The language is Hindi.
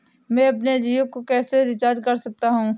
मैं अपने जियो को कैसे रिचार्ज कर सकता हूँ?